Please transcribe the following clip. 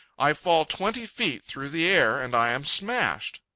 i fall twenty feet through the air, and i am smashed.